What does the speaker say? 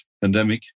pandemic